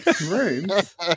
Rooms